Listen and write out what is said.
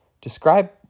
describe